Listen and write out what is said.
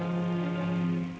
um